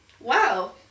Wow